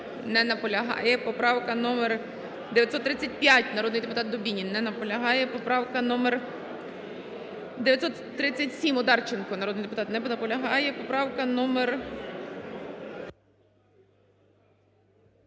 не наполягає. Поправка номер 935, народний депутат Дубінін не наполягає. Поправка номер 937, Одарченко народний депутат не наполягає. Поправка номер